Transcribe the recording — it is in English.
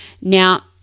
Now